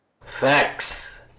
Facts